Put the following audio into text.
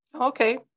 Okay